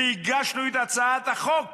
והגשנו את הצעת החוק